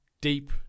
deep